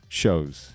shows